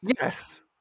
Yes